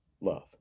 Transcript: Love